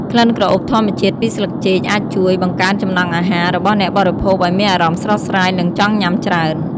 ក្លិនក្រអូបធម្មជាតិពីស្លឹកចេកអាចជួយ បង្កើនចំណង់អាហារ របស់អ្នកបរិភោគឱ្យមានអារម្មណ៍ស្រស់ស្រាយ និងចង់ញ៉ាំច្រើន។